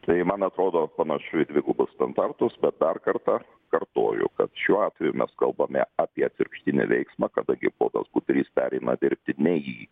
tai man atrodo panašu į dvigubus standartus bet dar kartą kartoju kad šiuo atveju mes kalbame apie atvirkštinį veiksmą kadangi ponas budrys pereina dirbti ne į